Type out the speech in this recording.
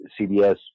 CBS